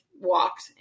walked